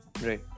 right